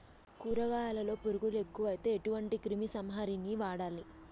కూరగాయలలో పురుగులు ఎక్కువైతే ఎటువంటి క్రిమి సంహారిణి వాడాలి?